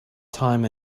time